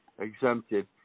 exempted